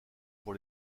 pour